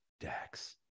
Dax